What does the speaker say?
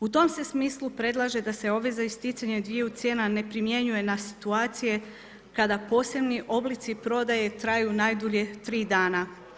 U tom se smislu predlaže da se obveza isticanja dviju cijena ne primjenjuje na situacije kada posebni oblici prodaje traju najdulje 3 dana.